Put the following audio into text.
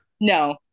no